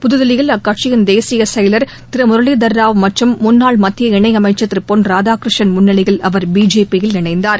புத்தில்லியில் அக்கட்சியின் தேசிய செயலர் திரு முரளிதர் ராவ் மற்றும் முன்னாள் மத்திய இணையமைச்சர் திரு பொன் ராதாகிருஷ்ணன் முன்னிலையில் அவர் பிஜேபியில் இணைந்தார்